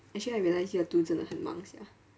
actually I realise year two 真的很忙 sia